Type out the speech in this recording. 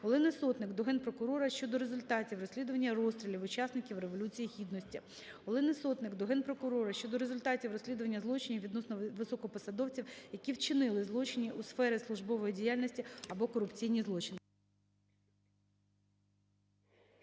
Олени Сотник до Генпрокурора щодо результатів розслідування розстрілів учасників Революції Гідності. Олени Сотник до Генпрокурора щодо результатів розслідування злочинів відносно високопосадовців, які вчинили злочини у сфері службової діяльності або корупційні злочини.